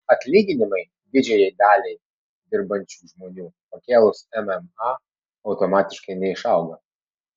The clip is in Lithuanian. atlyginimai didžiajai daliai dirbančių žmonių pakėlus mma automatiškai neišauga